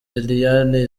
eliane